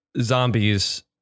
zombies